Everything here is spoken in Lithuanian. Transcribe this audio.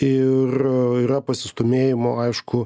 ir yra pasistūmėjimo aišku